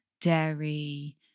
dairy